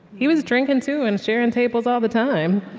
he was drinking, too, and sharing tables all the time